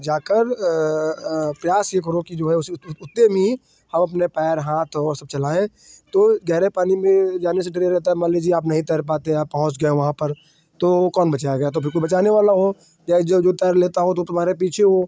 जाकर प्रयास यह करो कि जो है उसी उतने में ही हम अपने पैर हाथ और सब चलाएँ तो गहरे पानी में जाने से डर यह रहता है मान लीजिए आप नहीं तैर पाते हैं या पहुँच गए वहाँ पर तो कौन बचाएगा तो फ़िर कोई बचाने वाला हो या जो जो तैर लेता हो तो तुम्हारे पीछे वह